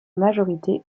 majorité